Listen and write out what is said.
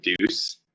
reduce